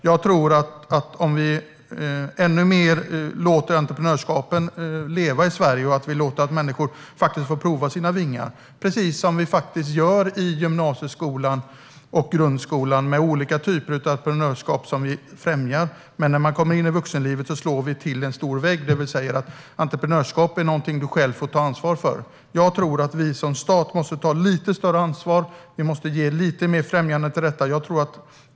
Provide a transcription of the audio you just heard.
Jag tror att vi ska låta entreprenörskap leva mer i Sverige så att människor får pröva sina vingar, precis som vi främjar olika typer av entreprenörskap i gymnasieskolan och grundskolan. Men när man kommer in i vuxenlivet går man in i en stor vägg och får höra att entreprenörskap är något man själv får ta ansvar för. Jag tror att vi som stat måste ta större ansvar och främja entreprenörskap lite mer.